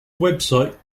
website